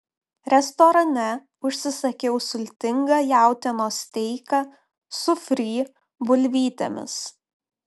restorane užsisakiau sultingą jautienos steiką su fry bulvytėmis